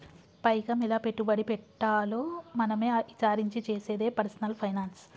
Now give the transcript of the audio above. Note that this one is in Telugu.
పైకం ఎలా పెట్టుబడి పెట్టాలో మనమే ఇచారించి చేసేదే పర్సనల్ ఫైనాన్స్